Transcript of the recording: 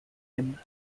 him